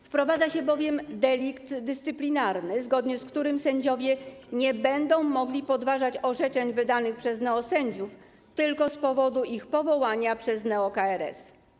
Wprowadza się bowiem delikt dyscyplinarny, zgodnie z którym sędziowie nie będą mogli podważać orzeczeń wydanych przez neosędziów tylko z powodu ich powołania przez neo-KRS.